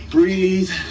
Breathe